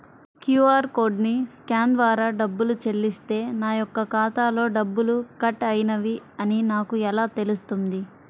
QR కోడ్ని scan ద్వారా డబ్బులు చెల్లిస్తే నా యొక్క ఖాతాలో డబ్బులు కట్ అయినవి అని నాకు ఎలా తెలుస్తుంది?